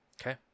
Okay